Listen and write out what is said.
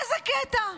איזה קטע,